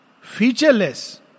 featureless